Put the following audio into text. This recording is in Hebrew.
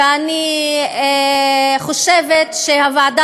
ואני חושבת שהוועדה